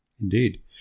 indeed